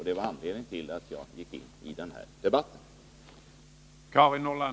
Det var anledningen till att jag gick in i dagens diskussion i frågan.